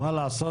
מה לעשות?